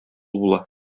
була